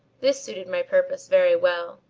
this suited my purpose very well.